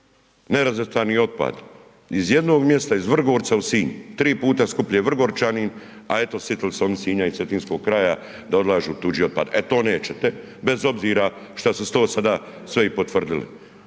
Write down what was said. nerazvrstani otpad iz jednog mjesta, iz Vrgorca u Sinj, tri puta skuplje Vrgorčanima a eto, sjetili se oni Sinja i cetinskog kraja da odlažu tuđi otpad, e to nećete bez obzira što su to sada sve i potvrdili,